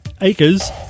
acres